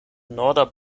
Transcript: norda